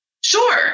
Sure